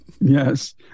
yes